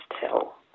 tell